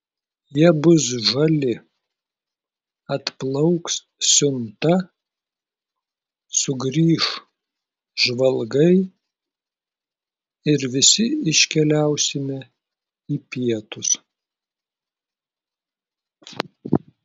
jie bus žali atplauks siunta sugrįš žvalgai ir visi iškeliausime į pietus